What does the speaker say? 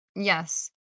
Yes